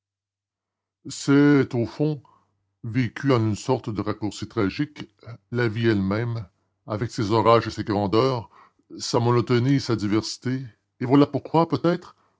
c'est au fond vécue en une sorte de raccourci tragique la vie elle-même avec ses orages et ses grandeurs sa monotonie et sa diversité et voilà pourquoi peut-être